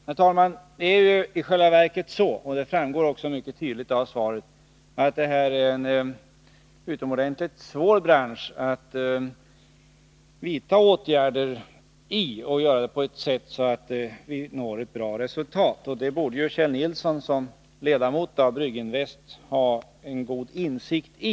Men i själva verket är det så — och det framgår också mycket tydligt av svaret — att bryggeribranschen är utomordentligt svår när det gäller möjligheterna att vidta åtgärder och att göra det på ett sätt som ger ett bra resultat. Detta borde Kjell Nilsson som ledamot av Brygginvests styrelse ha en god insikt i.